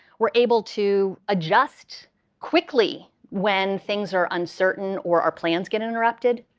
we're able to adjust quickly when things are uncertain or our plans get interrupted.